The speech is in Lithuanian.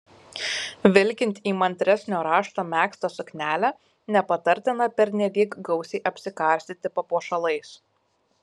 vilkint įmantresnio rašto megztą suknelę nepatartina pernelyg gausiai apsikarstyti papuošalais